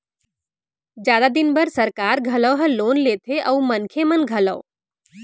जादा दिन बर सरकार घलौ ह लोन लेथे अउ मनखे मन घलौ